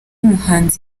muhanzi